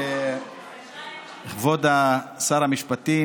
כבוד שר המשפטים,